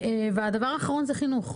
הדבר האחרון, חינוך.